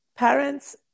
Parents